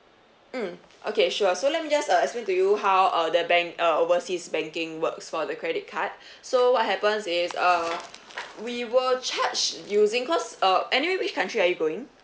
mm okay sure so let me just uh explain to you how uh the bank uh overseas banking works for the credit card so what happens is uh we will charge using cause uh anyway which country are you going